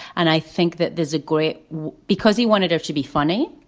and i think that there's a great because he wanted her to be funny.